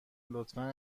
لطفا